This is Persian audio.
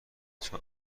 چون